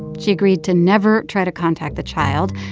she agreed to never try to contact the child.